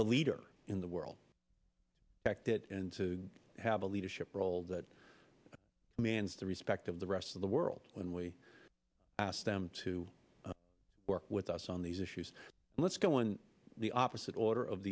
the leader in the world and to have a leadership role that means the respect of the rest of the world when we asked them to work with us on these issues let's go in the opposite order of